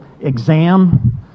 exam